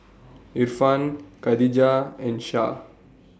Irfan Khadija and Syah